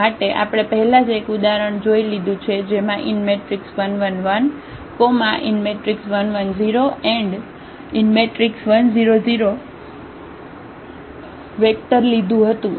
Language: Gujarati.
માટે આપણે પહેલાજ એક ઉદાહરણ જોઈ લીધું છે જેમાં 1 1 1 1 1 0 1 0 0 વેક્ટર લીધું હતું